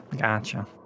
Gotcha